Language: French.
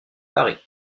paris